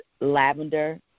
lavender